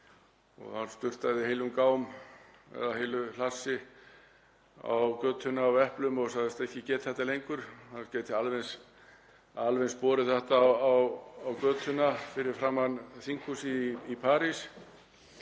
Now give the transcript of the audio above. sem sturtaði heilum gám eða hlassi á götuna af eplum og sagðist ekki geta þetta lengur. Hann gæti alveg eins borið þetta á götuna fyrir framan þinghúsið í París